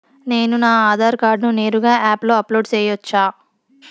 నేను నా ఆధార్ కార్డును నేరుగా యాప్ లో అప్లోడ్ సేయొచ్చా?